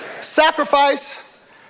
sacrifice